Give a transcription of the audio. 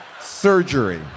surgery